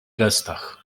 gestach